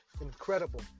Incredible